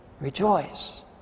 Rejoice